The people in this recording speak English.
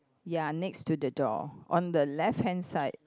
ya next to the door on the left hand side